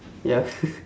ya